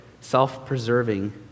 self-preserving